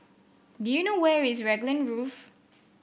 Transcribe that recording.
do you know where is Raglan Grove